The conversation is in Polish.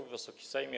Wysoki Sejmie!